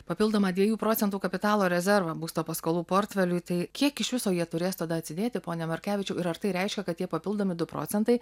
papildomą dviejų procentų kapitalo rezervą būsto paskolų portfeliui tai kiek iš viso jie turės tada atsidėti pone merkevičiau ir ar tai reiškia kad tie papildomi du procentai